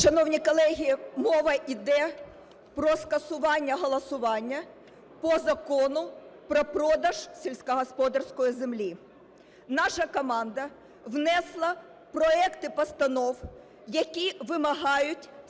Шановні колеги, мова йде про скасування голосування по закону про продаж сільськогосподарської землі. Наша команда внесла проекти постанов, які вимагають